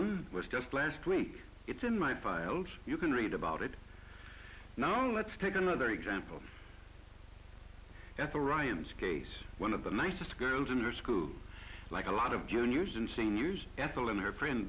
one was just last week it's in my files you can read about it no let's take another example after ryan's case one of the nicest girls in her school like a lot of juniors and seniors ethel and her friend